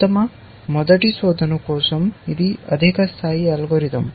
ఉత్తమ మొదటి శోధన కోసం ఇది అధిక స్థాయి అల్గోరిథం